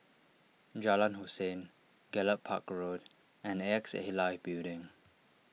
Jalan Hussein Gallop Park Road and A X A Life Building